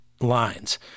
lines